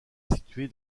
située